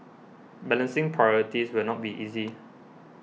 balancing priorities will not be easy